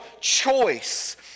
choice